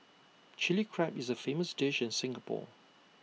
Chilli Crab is A famous dish in Singapore